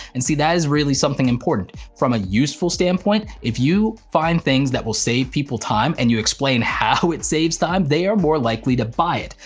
and see, that is really something important. from a useful standpoint, if you find things that will save people time and you explain how it saves time, they are more likely to buy it.